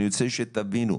אני רוצה שתבינו,